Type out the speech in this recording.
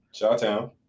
Shawtown